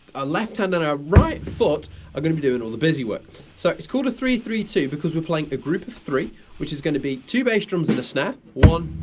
a left hand than our right foot are going to be doing all the busy work so it's called a three three two because we're playing a group of three which is going to be two bass drums in the snap on